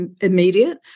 immediate